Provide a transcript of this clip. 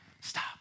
Stop